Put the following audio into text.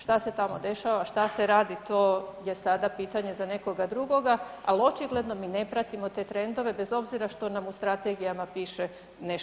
Šta se tamo dešava, šta se radi, to je sada pitanje za nekoga drugoga, ali očigledno mi ne pratimo te trendove, bez obzira što nam u strategijama piše nešto drugo.